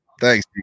Thanks